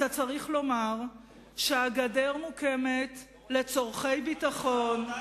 אתה צריך לומר שהגדר מוקמת לצורכי ביטחון, רוטציה.